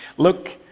look,